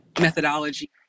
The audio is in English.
methodology